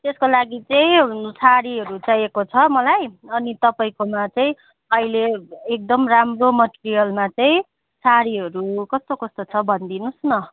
त्यसको लागि चाहिँ साडीहरू चाहिएको छ मलाई अनि तपाईँकोमा चाहिँ अहिले एकदम राम्रो मटेरियलमा चाहिँ साडीहरू कस्तो कस्तो छ भनिदिनु होस् न